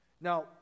Now